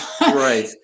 Right